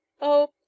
Oh